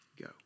go